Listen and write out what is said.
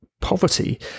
poverty